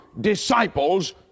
disciples